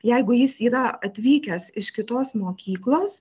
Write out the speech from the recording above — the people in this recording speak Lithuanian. jeigu jis yra atvykęs iš kitos mokyklos